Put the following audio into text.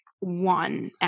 one